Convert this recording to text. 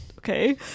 Okay